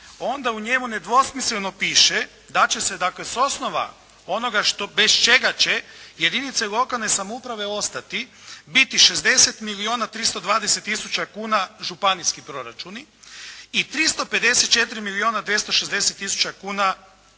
onda u njemu nedvosmisleno piše da će se, dakle s osnova onoga bez čega će jedinice lokalne samouprave ostati, biti 60 milijuna 320 tisuća kuna županijski proračuni i 354 milijuna 260 tisuća kuna